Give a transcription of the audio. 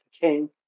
king